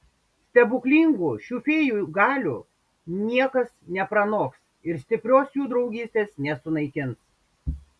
stebuklingų šių fėjų galių niekas nepranoks ir stiprios jų draugystės nesunaikins